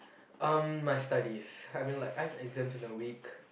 uh my studies I mean like I have exams in a week